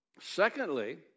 Secondly